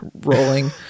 rolling